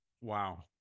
wow